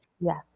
Yes